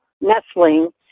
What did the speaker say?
nestling